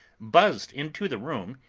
buzzed into the room,